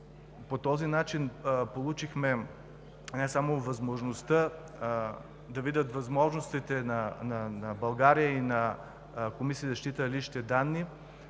по този начин получихме не само шанс да видят възможностите на България и на Комисията за защита на личните данни,